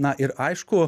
na ir aišku